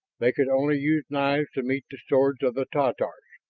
they could only use knives to meet the swords of the tatars,